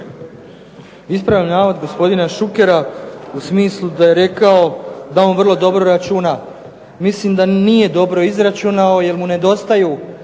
Ispravljam navod gospodina Šukera u smislu da je on rekao da on vrlo dobro računa. Mislim da nije dobro izračunao, jer mu nedostaju